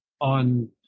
on